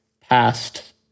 past